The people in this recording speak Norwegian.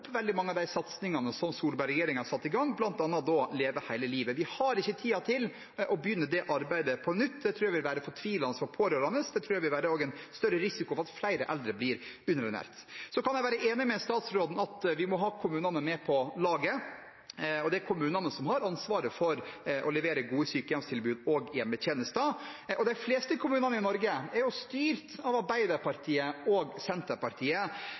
veldig mange av de satsingene som Solberg-regjeringen satte i gang, bl.a. Leve hele livet. Vi har ikke tid til å begynne det arbeidet på nytt. Det tror jeg ville være fortvilende for de pårørende, og det tror jeg også ville bety en større risiko for at flere eldre blir underernært. Så kan jeg være enig med statsråden i at vi må ha kommunene med på laget, og det er kommunene som har ansvaret for å levere gode sykehjemstilbud og hjemmetjenester. De fleste kommunene i Norge er jo styrt av Arbeiderpartiet og Senterpartiet,